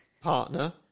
partner